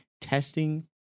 testing